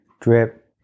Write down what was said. drip